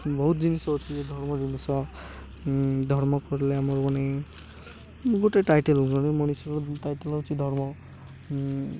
ବହୁତ ଜିନିଷ ଅଛି ଧର୍ମ ଜିନିଷ ଧର୍ମ କଲେ ଆମର ମାନେ ଗୋଟେ ଟାଇଟେଲ ଗୋଟେ ମଣିଷର ଟାଇଟେଲ ହେଉଛି ଧର୍ମ